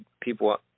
people